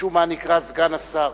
שמשום מה נקרא סגן השר.